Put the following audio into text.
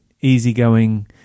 easygoing